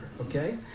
okay